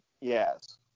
Yes